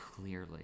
clearly